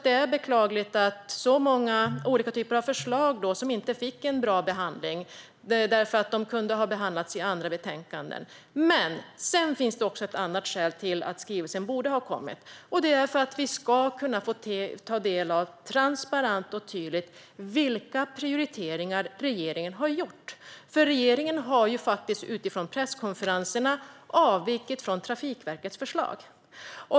Det är beklagligt att så många olika typer av förslag som inte fick en bra behandling därför att de kunde ha behandlats i andra betänkanden. Men sedan finns det också ett annat skäl till att skrivelsen borde ha kommit, och det är att vi transparent och tydligt ska kunna ta del av vilka prioriteringar som regeringen har gjort. Regeringen har utifrån presskonferenserna avvikit från Trafikverkets förslag.